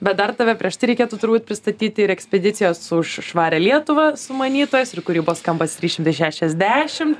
bet dar tave prieš tai reikėtų turbūt pristatyti ir ekspedicijos už švarią lietuvą sumanytojas ir kūrybos kampas trys šimtai šešiasdešimt